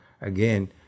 again